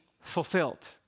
fulfilled